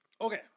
Okay